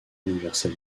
universel